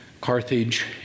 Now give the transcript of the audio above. Carthage